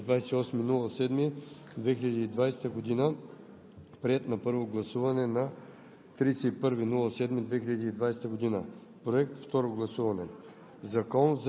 внесен от народния представител Пламен Нунев и група народни представители на 28 юли 2020 г., приет на първо гласуване на